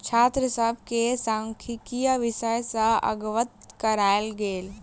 छात्र सभ के सांख्यिकी विषय सॅ अवगत करायल गेल